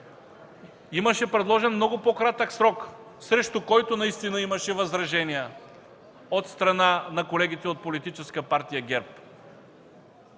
имаше предложен много по-кратък срок, срещу който наистина имаше възражения от страна на колегите от Политическа партия ГЕРБ.